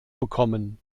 bekommen